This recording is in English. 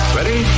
Ready